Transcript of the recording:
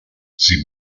sie